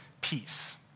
peace